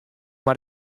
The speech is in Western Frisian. mar